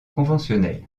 conventionnelle